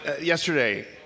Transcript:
yesterday